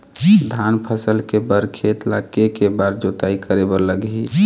धान फसल के बर खेत ला के के बार जोताई करे बर लगही?